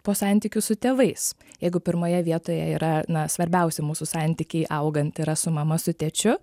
po santykių su tėvais jeigu pirmoje vietoje yra na svarbiausi mūsų santykiai augant yra su mama su tėčiu